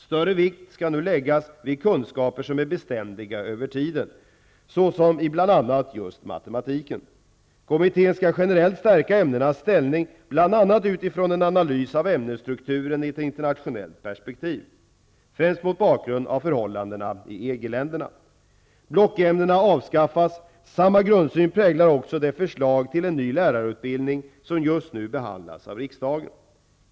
Större vikt skall nu läggas vid kunskaper som är beständiga över tiden, såsom i bl.a. just matematik. Kommittén skall generellt stärka ämnenas ställning, bl.a. utifrån en analys av ämnesstrukturen i ett internationellt perspektiv, främst mot bakgrund av förhållandena i EG länderna. Blockämnena avskaffas. Samma grundsyn präglar också det förslag till en ny lärarutbildning som just nu behandlas av riksdagen.